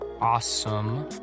Awesome